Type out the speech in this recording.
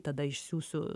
tada išsiųsiu